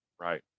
Right